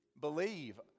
Believe